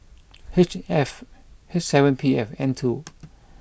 H F P seven P and N two